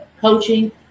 coaching